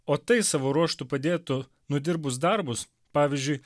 o tai savo ruožtu padėtų nudirbus darbus pavyzdžiui